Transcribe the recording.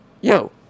Yo